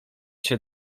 się